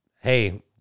Hey